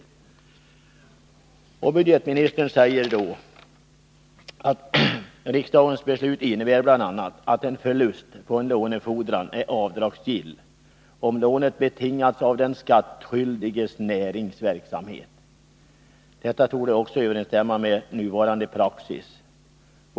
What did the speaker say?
Nr 123 Budgetministern säger: ”Riksdagens beslut innebär bl.a. att en förlust på en lånefordran är avdragsgill om lånet betingats av den skattskyldiges näringsverksamhet. Detta torde också överensstämma med nuvarande praxis.